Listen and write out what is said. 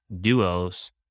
Duos